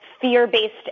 fear-based